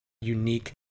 unique